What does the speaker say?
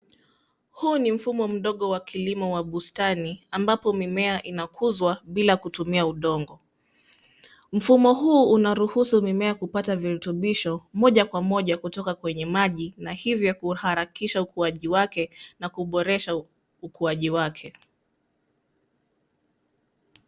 Huu ni mfumo mdogo wa kilimo wa bustani ambapo mimea inakuzwa bila kutumia udongo. Mfumo huu una ruhusu mimea kupata virutubisho moja kwa moja kutoka kwenye maji na hivyo kuharakisha ukuaji wake na kuboresha ukuaji wake.